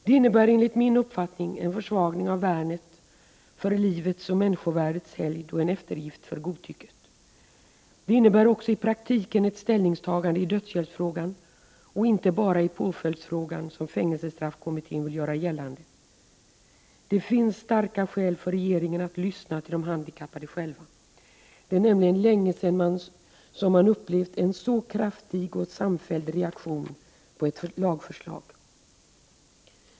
Det innebär enligt min uppfattning en försvagning av värnet för livets och människovärdets helgd och en eftergift för godtycket. Det innebär också i praktiken ett ställningstagande i dödshjälpsfrågan och inte bara i påföljdsfrågan, som fängelsestraffkommittén vill göra gällande. Det finns starka skäl för regeringen att lyssna till de handikappade själva. Det är nämligen länge sedan som man upplevt en så kraftig och samfälld reaktion på ett lagförslag.